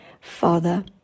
Father